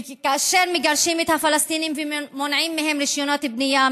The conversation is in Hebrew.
וכאשר מגרשים את הפלסטינים ומונעים מהם רישיונות בנייה,